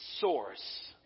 source